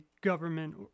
government